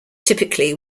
typically